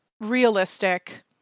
realistic